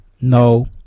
No